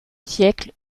siècle